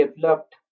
developed